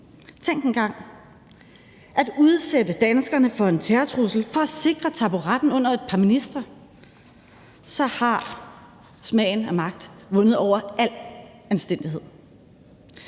Tænk engang: at udsætte danskerne for en terrortrussel for at sikre taburetten under et par ministre! Så har smagen af magt vundet over al anstændighed.